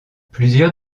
plusieurs